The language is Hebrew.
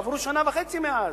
עברה שנה וחצי מאז.